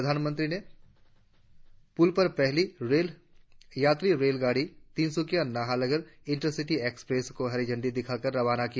प्रधानमंत्री ने पुल पर पहली यात्री रेलगाड़ी तिनसुकिया नारलगुन इंटरसिटी एक्सप्रेस को झंडी दिखाकर रवाना किया